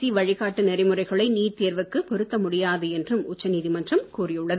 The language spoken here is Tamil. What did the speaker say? சி மனுக்களை வழிகாட்டு நெறிமுறைகளை நீட் தேர்வுக்கு பொருத்த முடியாது என்றும் உச்சநீதிமன்றம் கூறியுள்ளது